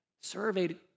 surveyed